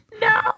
No